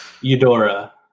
Eudora